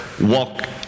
walk